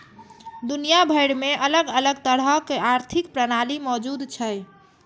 दुनिया भरि मे अलग अलग तरहक आर्थिक प्रणाली मौजूद छै